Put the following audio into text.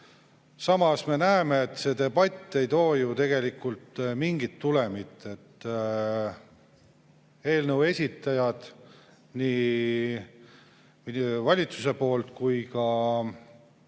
Samas me näeme, et see debatt ei too ju tegelikult mingit tulemit. Eelnõu esitajad nii valitsuse poolt kui ka